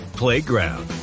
Playground